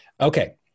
Okay